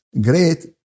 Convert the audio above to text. great